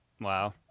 Wow